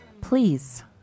please